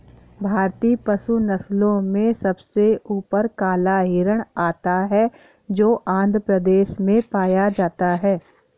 भारतीय पशु नस्लों में सबसे ऊपर काला हिरण आता है जो आंध्र प्रदेश में पाया जाता है